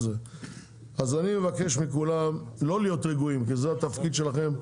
אני מבקש מכולם לא להיות רגועים; זהו התפקיד שלכם,